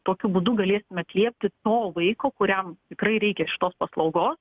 tokiu būdu galėsim atliepti to vaiko kuriam tikrai reikia šitos paslaugos